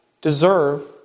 deserve